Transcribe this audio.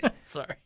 Sorry